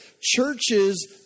Churches